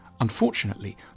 Unfortunately